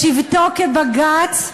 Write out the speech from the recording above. בשבתו כבג"ץ,